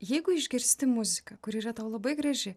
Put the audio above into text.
jeigu išgirsti muziką kuri yra tau labai graži